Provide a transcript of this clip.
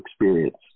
experience